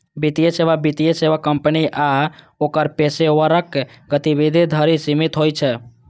वित्तीय सेवा वित्तीय सेवा कंपनी आ ओकर पेशेवरक गतिविधि धरि सीमित होइ छै